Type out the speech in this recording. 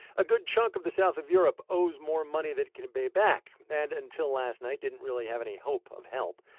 a good chunk of the south of europe owes more money than it can pay back and until last night didn't really have any hope of help.